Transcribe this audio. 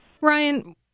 ryan